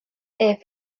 est